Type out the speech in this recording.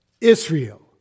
Israel